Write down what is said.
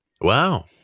Wow